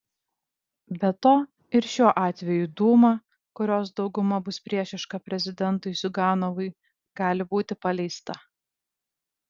be to ir šiuo atveju dūma kurios dauguma bus priešiška prezidentui ziuganovui gali būti paleista